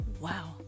wow